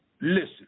Listen